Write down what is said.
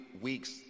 weeks